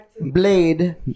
blade